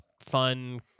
fun